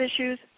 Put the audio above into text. issues